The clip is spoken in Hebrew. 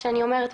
שאני אומרת,